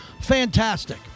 Fantastic